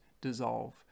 dissolve